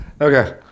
okay